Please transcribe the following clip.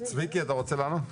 צביקי, אתה רוצה לענות?